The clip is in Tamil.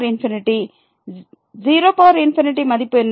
0மதிப்பு என்ன